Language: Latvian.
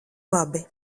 labi